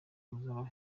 kuzabaho